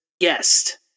guest